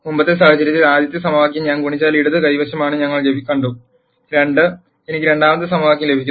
മുമ്പത്തെ സാഹചര്യത്തിൽ ആദ്യത്തെ സമവാക്യം ഞാൻ ഗുണിച്ചാൽ ഇടത് കൈ വശമാണെന്ന് ഞങ്ങൾ കണ്ടു 2 എനിക്ക് രണ്ടാമത്തെ സമവാക്യം ലഭിക്കുന്നു